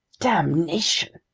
damnation!